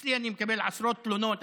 ואצלי אני מקבל עשרות תלונות.